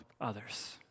others